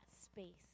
space